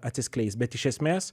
atsiskleis bet iš esmės